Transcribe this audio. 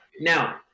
Now